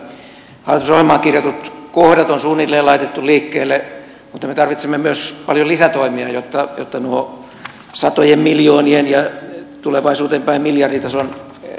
hallitusohjelmaan kirjatut kohdat on suunnilleen laitettu liikkeelle mutta me tarvitsemme myös paljon lisätoimia jotta nuo satojen miljoonien ja tulevaisuuteen päin miljarditason lisäkertymät saadaan